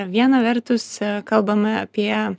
viena vertus kalbame apie